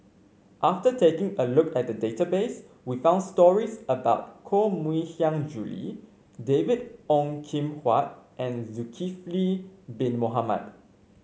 after taking a look at the database we found stories about Koh Mui Hiang Julie David Ong Kim Huat and Zulkifli Bin Mohamed